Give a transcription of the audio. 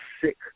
sick